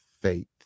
faith